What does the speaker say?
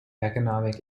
economic